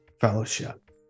Fellowship